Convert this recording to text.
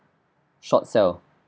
short sell